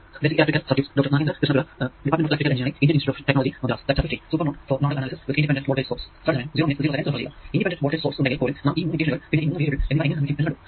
independent voltage source ഉണ്ടെങ്കിൽ പോലും നാം ഈ 3 ഇക്വേഷനുകൾ പിന്നെ ഈ 3 വേരിയബിൾ എന്നിവ എങ്ങനെ നിർമിക്കും എന്ന് കണ്ടു